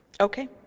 okay